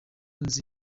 nzi